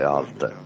alte